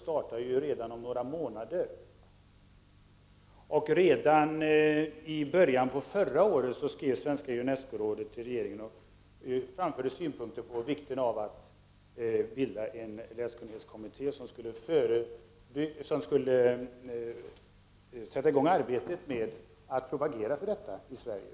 Detta år startar om några månader, och Svenska Unescorådet skrev redan i början på förra året till regeringen och framhöll vikten av att det bildas en läskunnighetskommitté, som sätter i gång arbetet med att propagera för detta i Sverige.